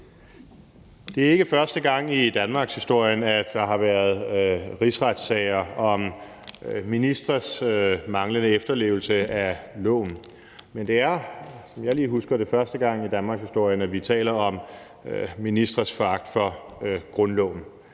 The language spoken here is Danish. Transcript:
Det er ikke første gang i danmarkshistorien, at der har været rejst rigsretssager om ministres manglende efterlevelse af loven, men det er – som jeg lige husker det – første gang i danmarkshistorien, at vi taler om ministres foragt for grundloven.